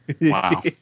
Wow